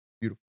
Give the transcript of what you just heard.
beautiful